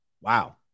Wow